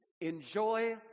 Enjoy